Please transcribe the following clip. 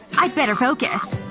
i'd better focus.